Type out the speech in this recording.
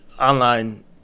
online